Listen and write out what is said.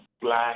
black